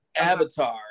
avatar